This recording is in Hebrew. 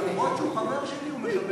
למרות שהוא חבר שלי, הוא משבח